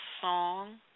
song